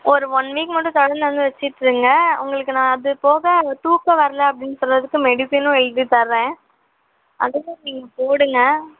ஒரு one week மட்டும் தொடர்ந்து வந்து வச்சிட்டிருங்க உங்களுக்கு நான் அது போக தூக்கம் வரலை அப்படின்னு சொன்னதுக்கு மெடிஸனும் எழுதித்தரேன் அதுவும் நீங்கள் போடுங்கள்